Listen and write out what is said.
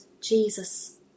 Jesus